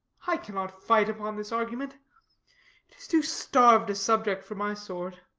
i cannot fight upon this argument it is too starv'd a subject for my sword.